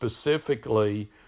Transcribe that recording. specifically